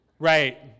Right